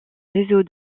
réseau